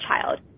child